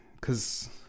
cause